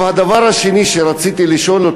הדבר השני שרציתי לשאול,